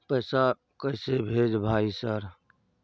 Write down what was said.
पैसा कैसे भेज भाई सर?